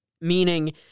meaning